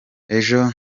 ejo